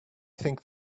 think